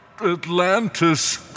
Atlantis